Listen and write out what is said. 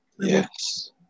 Yes